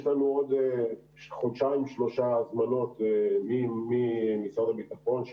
לנו הזמנות ממשרד הביטחון לעוד חודשיים-שלושה,